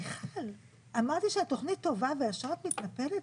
מיכל, אמרתי שהתוכנית טובה וישר את מתנפלת?